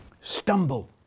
Stumble